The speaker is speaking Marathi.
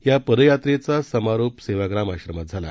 या पदयात्रेचा समारोप सेवाग्राम आश्रमात झाला